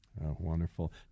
Wonderful